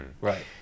right